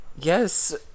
yes